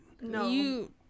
No